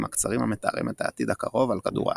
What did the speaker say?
הקצרים המתארים את העתיד הקרוב על כדור הארץ.